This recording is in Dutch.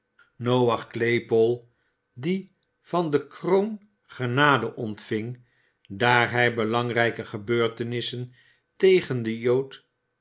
noach claypole die van de kroon genade ontving daar hij belangrijke gebeurtenissen tegen den jood